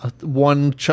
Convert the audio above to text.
one